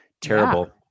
Terrible